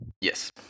Yes